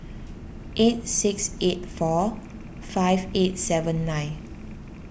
eight six eight four five eight seven nine